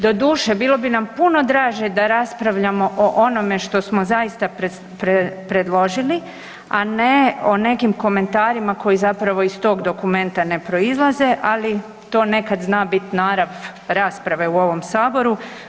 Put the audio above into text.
Doduše, bilo bi nam puno draže da raspravljamo o onome što smo zaista predložili a ne o nekim komentarima koji zapravo iz tog dokumenta ne proizlaze ali to nekad zna bit narav rasprave u ovom Saboru.